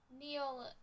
Neil